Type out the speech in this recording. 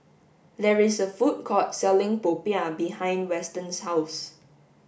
there is a food court selling popiah behind Weston's house